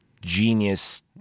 genius